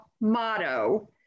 motto